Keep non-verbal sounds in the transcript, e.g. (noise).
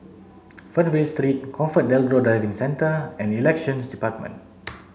Fernvale Three ComfortDelGro Driving Centre and Elections Department (noise)